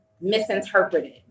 misinterpreted